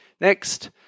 Next